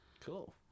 Cool